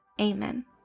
Amen